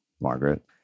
Margaret